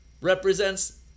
represents